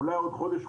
אולי עוד חודש,